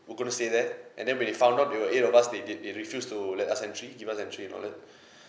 were going to stay there and then when they found out they were eight of us they did they refused to let us entry give us entry and all that